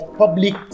public